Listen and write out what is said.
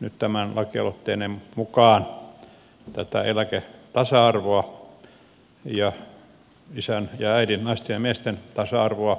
nyt tämän lakialoitteeni mukaan tätä eläketasa arvoa ja isän ja äidin naisten ja miesten tasa arvoa